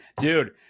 dude